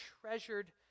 treasured